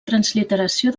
transliteració